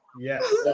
Yes